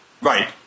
Right